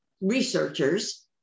researchers